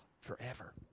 forever